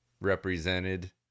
represented